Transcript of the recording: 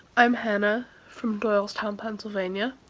i'm hannah from doylestown, pennsylvania.